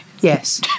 Yes